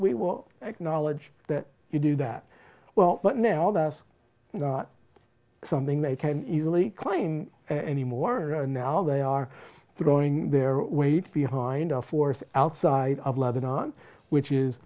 we will acknowledge that you do that well but now that us something they can easily claim anymore and now they are throwing their weight behind our force outside of lebanon which is